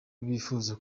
bifuza